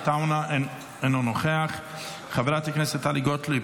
אינו נוכח, חברת הכנסת טלי גוטליב,